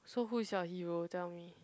so who is your hero tell me